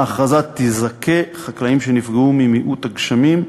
ההכרזה תזכה חקלאים שנפגעו ממיעוט הגשמים.